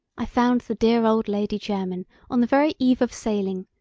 i found the dear old lady jermyn on the very eve of sailing,